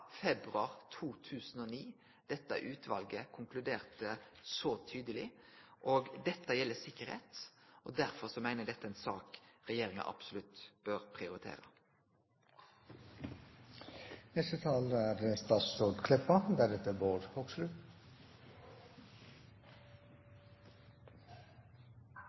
februar 2009 dette utvalet konkluderte så tydeleg. Dette gjeld sikkerheit, og derfor meiner eg dette er ei sak regjeringa absolutt bør prioritere. Lat meg knyta nokre kommentarar til debatten så langt. For det fyrste er